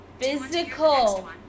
Physical